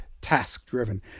task-driven